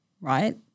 right